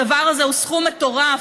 הדבר הזה הוא סכום מטורף.